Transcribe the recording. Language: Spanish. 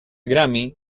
grammy